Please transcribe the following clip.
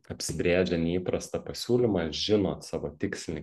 apsibrėžę neįprastą pasiūlymą žinot savo tikslinį